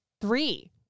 three